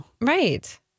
Right